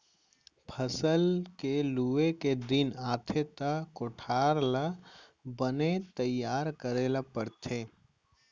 फसल के लूए के दिन आथे त कोठार ल बने तइयार करे ल परथे